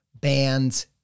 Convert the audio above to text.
band's